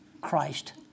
Christ